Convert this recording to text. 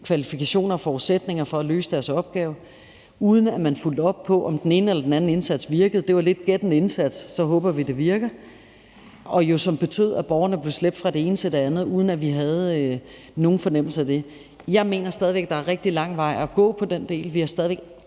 kvalifikationer og forudsætninger for at løse deres opgave? Det var, uden at man fulgte op på, om den ene eller den anden indsats virkede. Det var lidt: Gæt en indsats, så håber vi, det virker. Det betød, at borgerne blev slæbt fra det ene til det andet, uden at vi havde nogen fornemmelse af det. Jeg mener stadig væk, at der er rigtig lang vej at gå i forhold til den del. Vi har stadig væk